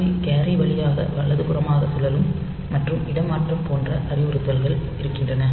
C carry வழியாக வலதுபுறமாக சுழலும் மற்றும் இடமாற்றம் போன்ற அறிவுறுத்தல்கள் இருக்கின்றன